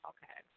Okay